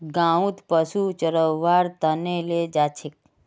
गाँउत पशुक चरव्वार त न ले जा छेक